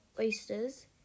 oysters